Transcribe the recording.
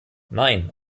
nein